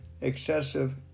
excessive